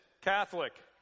Catholic